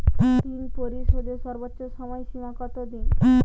ঋণ পরিশোধের সর্বোচ্চ সময় সীমা কত দিন?